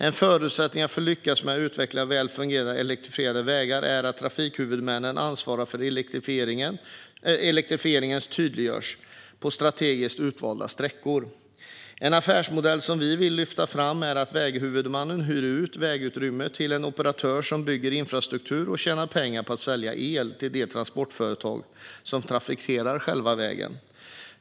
En förutsättning för att lyckas med att utveckla välfungerande elektrifierade vägar är att trafikhuvudmännens ansvar för elektrifieringen tydliggörs på strategiskt utvalda sträckor. En affärsmodell som vi vill lyfta fram är att väghuvudmannen hyr ut vägutrymme till en operatör som bygger infrastrukturen och tjänar pengar på att sälja el till de transportföretag som trafikerar vägen.